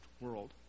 world